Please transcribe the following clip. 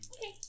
Okay